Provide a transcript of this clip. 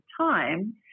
time